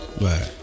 Right